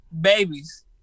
Babies